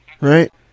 right